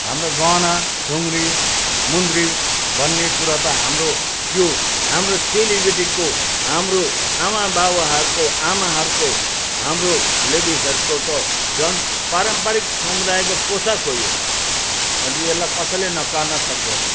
हाम्रो गहना ढुँग्री मुन्द्री भन्ने कुरा त हाम्रो यो हाम्रो चेलीबेटीको हाम्रो आमा बाबाहरूको आमाहरूको हाम्रो लेडिजहरूको त झन् पारम्पारिक समुदायको पोसाक हो यो अन्त यसलाई कसैले नकार्न सक्दैन